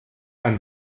ein